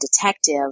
Detective